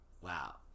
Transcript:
wow